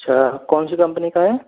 अच्छा कौन सी कंपनी का है